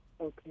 okay